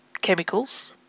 chemicals